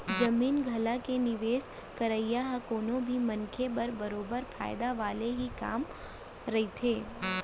जमीन जघा के निवेस करई ह कोनो भी मनसे बर बरोबर फायदा वाले ही काम रहिथे